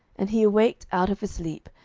and he awaked out of his sleep,